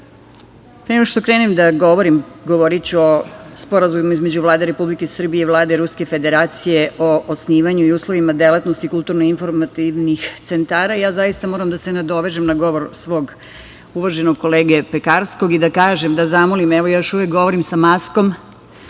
nego što krenem da govorim, govoriću o sporazumima između Vlade Republike Srbije i Vlade Ruske Federacije o osnivanju i uslovima delatnosti kulturno-informativnih centara, ja zaista moram da se nadovežem na govor svog uvaženog kolege Pekarskog i da kažem, da zamolim, evo, još uvek govorim sa maskom,